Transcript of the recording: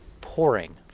pouring